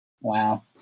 Wow